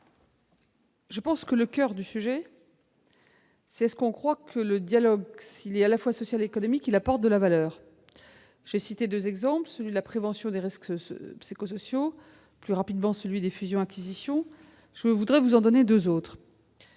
la ministre. Le coeur du sujet, c'est que nous croyons que lorsqu'il est à la fois social et économique, le dialogue apporte de la valeur. J'ai cité deux exemples, celui de la prévention des risques psychosociaux et, plus rapidement, celui des fusions-acquisitions. Je voudrais vous en donner deux autres.